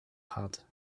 had